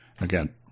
again